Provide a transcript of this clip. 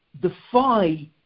Defy